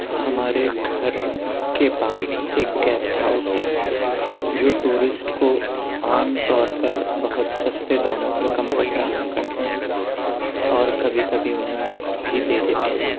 ہمارے گھر کے پاس ایک گیسٹ ہاؤس ہے جو ٹورسٹ کو عام طور پر بہت سستے داموں پر کمرہ فراہم کرتے ہیں اور کبھی کبھی انہیں مفت بھی دے دیتے ہیں